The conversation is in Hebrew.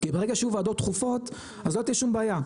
כי ברגע שיהיו ועדות דחופות, אז לא תהיה שום בעיה.